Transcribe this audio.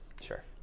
Sure